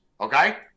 Okay